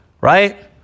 right